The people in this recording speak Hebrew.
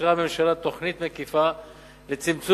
אישרה הממשלה תוכנית מקיפה לצמצום